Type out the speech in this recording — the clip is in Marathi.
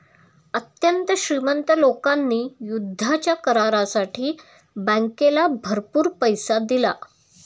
अत्यंत श्रीमंत लोकांनी युद्धाच्या करारासाठी बँकेला भरपूर पैसा दिला